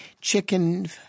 chicken